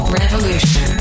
revolution